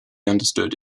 understood